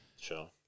Sure